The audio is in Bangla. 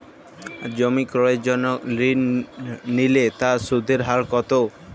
জমি ক্রয়ের জন্য ঋণ নিলে তার সুদের হার কতো?